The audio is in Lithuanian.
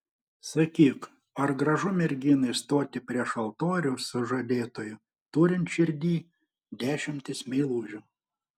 sakyk ar gražu merginai stoti prieš altorių su žadėtuoju turint širdyj dešimtis meilužių